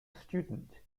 student